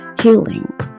healing